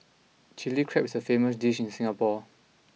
chilli crab is a famous dish in Singapore